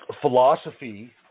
philosophy